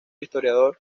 historiador